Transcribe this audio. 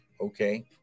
okay